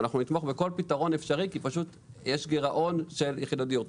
ואנחנו נתמוך בכל פתרון אפשרי כי פשוט יש גירעון של יחידות דיור.